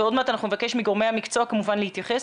ועוד מעט נבקש מגורמי המקצוע כמובן להתייחס,